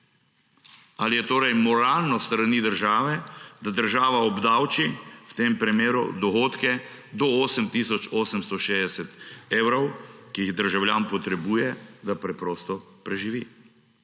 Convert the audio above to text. Ali je torej moralno s strani države, da država obdavči, v tem primeru dohodke, do 8 tisoč 860 evrov, ki jih državljan potrebuje, da preprosto preživi?